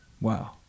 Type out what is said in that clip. Wow